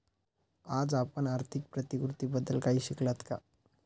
आज आपण आर्थिक प्रतिकृतीबद्दल काही शिकलात का?